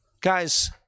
guys